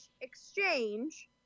exchange